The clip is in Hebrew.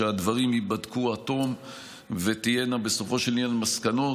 שהדברים ייבדקו עד תום ותהיינה בסופו של עניין מסקנות